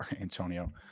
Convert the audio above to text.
Antonio